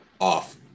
Off